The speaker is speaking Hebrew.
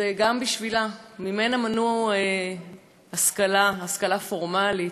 זה גם בשבילה, ממנה מנעו השכלה, השכלה פורמלית,